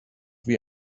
wie